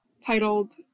titled